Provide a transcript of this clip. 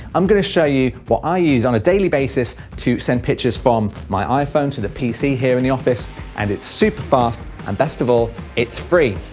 i'm gonna show you what i use on a daily basis to send pictures from my iphone to the pc here in the office and it's super fast and best of all it's free.